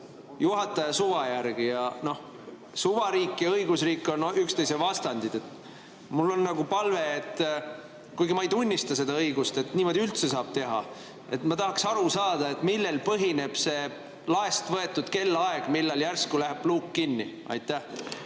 juhataja suva järgi. Ja noh, suvariik ja õigusriik on üksteise vastandid. Mul on palve. Kuigi ma ei tunnista seda õigust, et niimoodi üldse saab teha, tahaks ma aru saada, millel põhineb see laest võetud kellaaeg, millal järsku läheb luuk kinni. Aitäh!